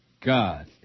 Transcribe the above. God